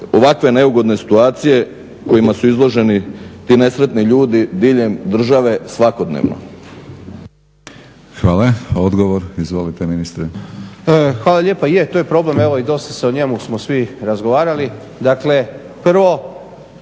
ovakve neugodne situacije kojima su izloženi ti nesretni ljudi diljem države svakodnevno. **Batinić, Milorad (HNS)** Hvala. Odgovor, izvolite ministre. **Miljenić, Orsat** Hvala lijepa. Je, to je problem, evo i dosta smo o njemu svi razgovarali. Dakle, prvo,